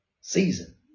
season